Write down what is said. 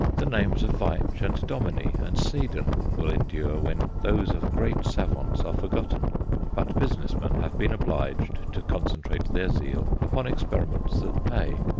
the names of veitch and dominy and seden will endure when those of great savants are forgotten but business men have been obliged to concentrate their zeal upon experiments that pay.